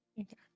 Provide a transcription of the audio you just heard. Okay